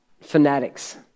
fanatics